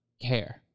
care